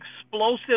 explosive